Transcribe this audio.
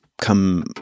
come